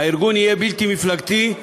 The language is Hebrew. הארגון יהיה בלתי מפלגתי,